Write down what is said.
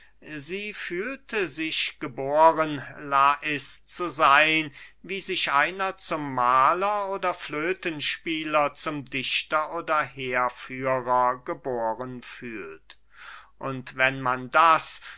sie fühlte sich geboren lais zu seyn wie sich einer zum mahler oder flötenspieler zum dichter oder heerführer geboren fühlt und wenn man das